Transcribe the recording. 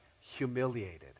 humiliated